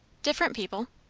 different people.